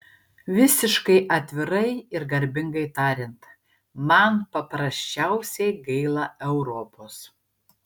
visiškai atvirai ir garbingai tariant man paprasčiausiai gaila europos